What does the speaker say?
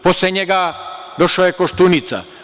Posle njega, došao je Koštunica.